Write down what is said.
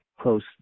close